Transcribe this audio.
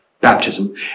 baptism